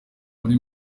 muri